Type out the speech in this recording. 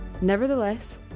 Nevertheless